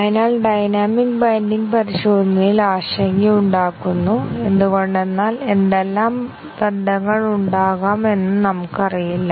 അതിനാൽ dynamic binding പരിശോധനയിൽ ആശങ്കയുണ്ടാക്കുന്നു എന്തുകൊണ്ടെന്നാൽ എന്തെല്ലാം ബന്ധങ്ങളുണ്ടാകാം എന്ന് നമുക്കറിയില്ല